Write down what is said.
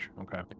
Okay